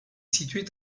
situé